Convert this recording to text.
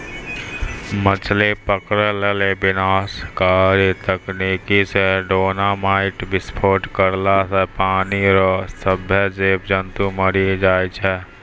मछली पकड़ै लेली विनाशकारी तकनीकी से डेनामाईट विस्फोट करला से पानी रो सभ्भे जीब जन्तु मरी जाय छै